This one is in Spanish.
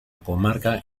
comarca